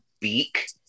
Beak